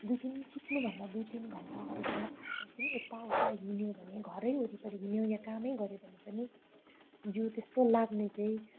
दुई तिन सुत्नु भन्दा दुई तिन घन्टा अगाडि खाना खाएर त एकछिन यता उता हिँड्यो भने घर वरिपरि हिँड्यो भने वा काम गर्यो भने पनि जिउ त्यस्तो लाग्ने चाहिँ